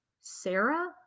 Sarah